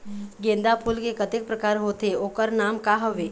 गेंदा फूल के कतेक प्रकार होथे ओकर नाम का हवे?